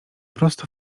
prosto